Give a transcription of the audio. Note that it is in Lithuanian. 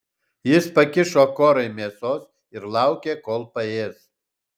jis pakišo korai mėsos ir laukė kol paės